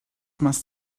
must